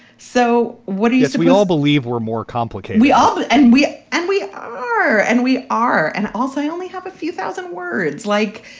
so what do you say we all believe were more complicated? we all. and we. and we are. and we are. and also i only have a few thousand words like.